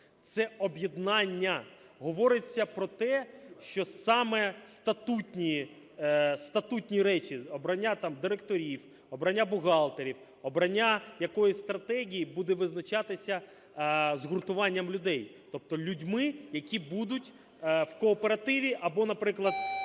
Це об'єднання, говориться про те, що саме статутні, статутні речі: обрання там директорів, обрання бухгалтерів, обрання якоїсь стратегії - буде визначатися згуртуванням людей, тобто людьми, які будуть в кооперативі або, наприклад,